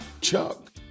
Chuck